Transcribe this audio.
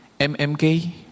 MMK